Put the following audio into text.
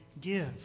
give